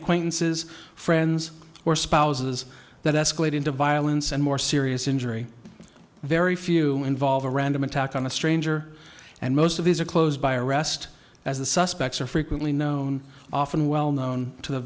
acquaintances friends or spouses that escalate into violence and more serious injury very few involve a random attack on a stranger and most of these are closed by arrest as the suspects are frequently known often well known to the